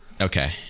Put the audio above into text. Okay